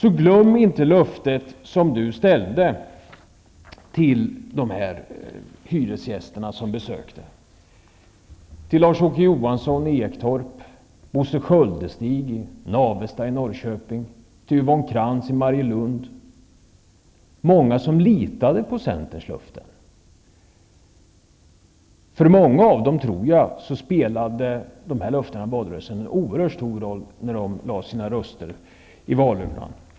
Jag vill därför säga till Agne Hansson att han inte skall glömma det löfte som han gav till de hyresgäster som besökte oss, till Lars-Åke Det var många som litade på centerns löften. För många av dem tror jag att dessa löften i valrörelsen spelade en oerhört stor roll när de lade sina röster i valurnan.